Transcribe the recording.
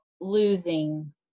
losing